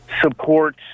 support